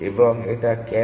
এবং এটা কেন